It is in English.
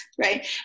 right